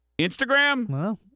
Instagram